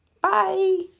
Bye